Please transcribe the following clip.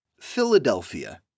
Philadelphia